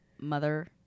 Mother